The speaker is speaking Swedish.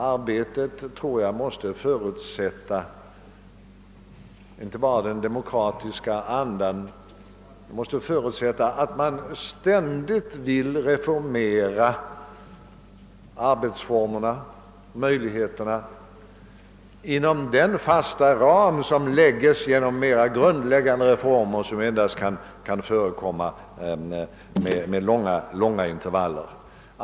Det fordras inte bara en demokratisk anda utan också vilja att ständigt anpassa arbetsformerna inom den fasta ram som läggs genom mera grundläggande reformer, vilka endast kan förekomma med långa tidsintervaller.